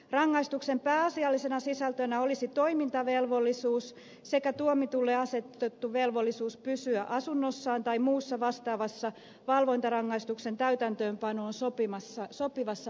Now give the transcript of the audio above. rangaistuksen pääasiallisena sisältönä olisi toimintavelvollisuus sekä tuomitulle asetettu velvollisuus pysyä asunnossaan tai muussa vastaavassa valvontarangaistuksen täytäntöönpanoon sopivassa asuinpaikassa